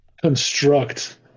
construct